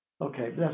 Okay